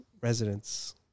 residents